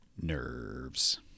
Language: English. nerves